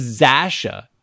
Zasha